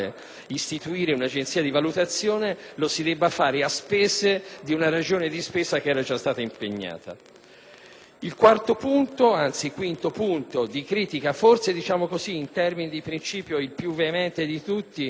istituire un'agenzia di valutazione lo si debba a fare a spese di una ragione di spesa che era già stata impegnata. Il quinto punto di critica, forse in termini di principio il più veemente di tutti,